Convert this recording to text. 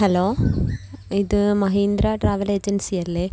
hello ഇത് Mahindra travel agency അല്ലെ